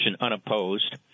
unopposed